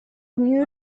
unió